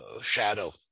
shadow